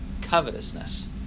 covetousness